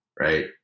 right